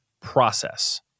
process